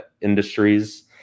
industries